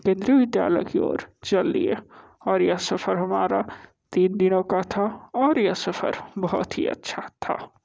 केंद्रीय विद्यालय की ओर चल लिए और यह सफर हमार तीन दिनों का था और यह सफर बहुत ही अच्छा था